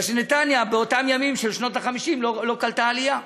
משום שנתניה באותם ימים של שנות ה-50 לא קלטה עלייה,